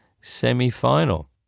semi-final